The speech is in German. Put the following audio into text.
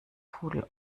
pudel